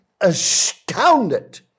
astounded